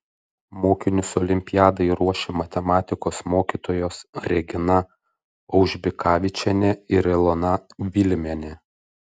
mokinius olimpiadai ruošė matematikos mokytojos regina aužbikavičienė ir ilona vilimienė